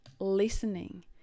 listening